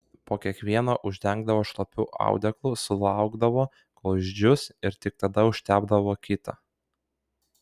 po kiekvieno uždengdavo šlapiu audeklu sulaukdavo kol išdžius ir tik tada užtepdavo kitą